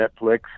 Netflix